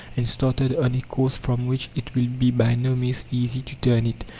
and started on a course from which it will be by no means easy to turn it.